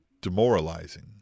demoralizing